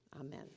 Amen